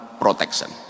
protection